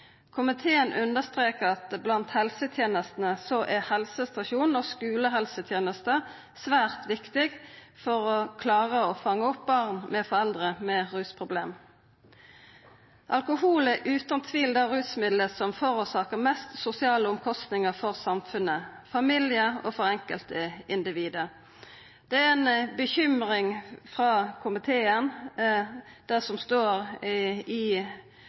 Komiteen understrekar at blant helsetenestene er helsestasjonen og skulehelsetenesta svært viktige for å klara å fanga opp barn med foreldre med rusproblem. Alkohol er utan tvil det rusmiddelet som forårsakar flest sosiale kostnadar for samfunnet, for familien og for enkeltindividet. Det er ei bekymring i komiteen når det gjeld det som står i